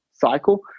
cycle